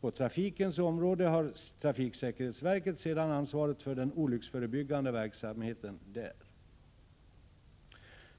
På trafikens område har trafiksäkerhetsverket ansvaret för den olycksförebyggande verksamheten,